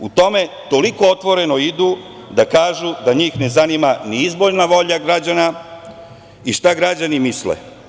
U tom toliko otvoreno idu da kažu da njih ne zanima ni izborna volja građana i šta građani misle.